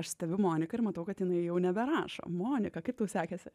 aš stebiu moniką ir matau kad jinai jau neberašo monika kaip tau sekėsi